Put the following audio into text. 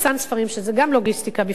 שזה גם לוגיסטיקה בפני עצמה,